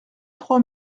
trois